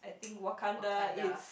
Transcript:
think Wakanda is